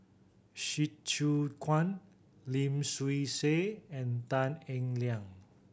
Hsu Tse Kwang Lim Swee Say and Tan Eng Liang